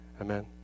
amen